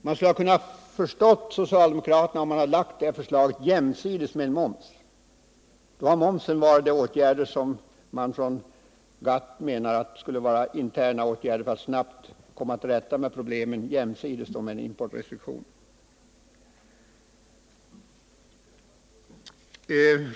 Man skulle ha kunnat förstå socialdemokraterna, om de lagt fram förslaget jämsides med förslag om en moms. Då hade momsen varit en åtgärd av det slag som GATT avser när man talar om interna åtgärder för att snabbt komma till rätta med problemen, jämsides med en importrestriktion.